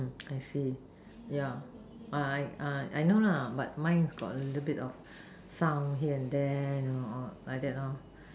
mm I see ya uh I I know lah but mine got a little bit of sound here and there know by like that lor